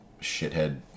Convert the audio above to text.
shithead